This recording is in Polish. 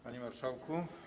Panie Marszałku!